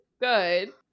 good